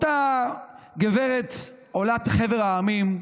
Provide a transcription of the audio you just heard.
אותה גברת עולה מחבר המדינות,